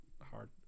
hard